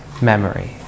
memory